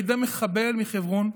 על ידי מחבל מחברון.